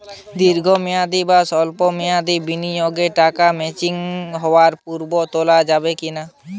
দীর্ঘ মেয়াদি বা সল্প মেয়াদি বিনিয়োগের টাকা ম্যাচিওর হওয়ার পূর্বে তোলা যাবে কি না?